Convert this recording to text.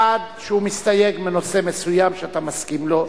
1. שהוא מסתייג מנושא מסוים שאתה מסכים לו,